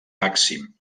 màxim